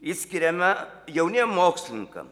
išskiriame jauniem mokslininkam